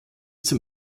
zum